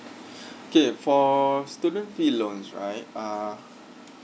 okay for student fee loans right uh